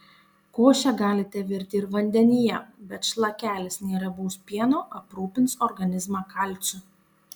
košę galite virti ir vandenyje bet šlakelis neriebaus pieno aprūpins organizmą kalciu